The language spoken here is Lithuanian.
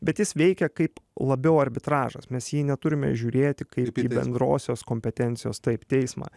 bet jis veikia kaip labiau arbitražas mes jį neturime žiūrėti kaip į bendrosios kompetencijos taip teismą